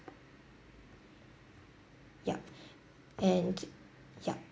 yup and yup